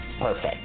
perfect